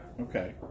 okay